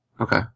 Okay